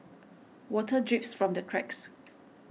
water drips from the cracks